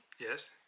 Yes